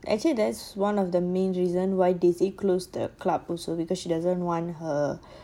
actually that's one of the main reason why does they closed the club also because she doesn't want her